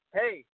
hey